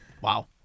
Wow